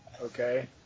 Okay